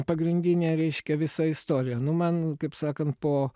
pagrindinė reiškia visa istorija nu man kaip sakant po